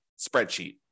spreadsheet